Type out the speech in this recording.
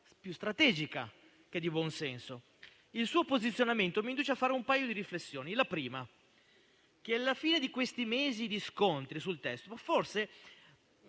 più strategica che di buon senso. Il suo posizionamento mi induce a fare un paio di riflessioni. La prima è che, alla fine di questi mesi di scontri sul testo, forse